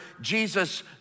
Jesus